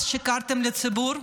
אז שיקרתם לציבור,